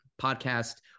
podcast